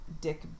Dick